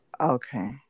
okay